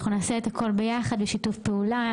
אנחנו נעשה את הכול ביחד בשיתוף פעולה,